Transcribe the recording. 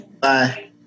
Bye